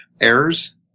errors